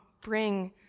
bring